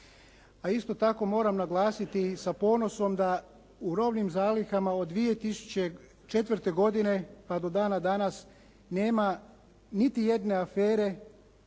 A isto tako moram naglasiti sa ponosom da u robnim zalihama od 2004. godine pa do dana danas nema niti jedne afere,